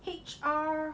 H_R